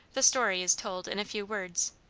the story is told in a few words.